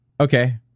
okay